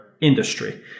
industry